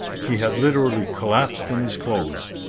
he had literally collapsed in his clothes.